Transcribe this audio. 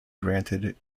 granted